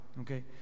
okay